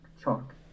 chalk